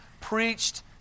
preached